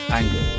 anger